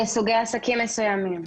לסוגי עסקים מסוימים.